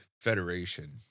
federation